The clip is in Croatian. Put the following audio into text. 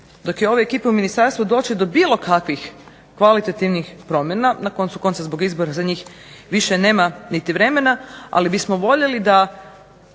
dok je ove ekipe u ministarstvu doći do bilo kakvih kvalitativnih promjena, na koncu konca zbog izbora za njih više nema niti vremena, ali bismo voljeli da